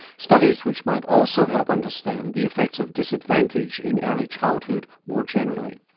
studies which might also help understand the effects of disadvantage in early childhood more generally.